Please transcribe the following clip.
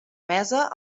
mesa